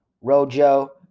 Rojo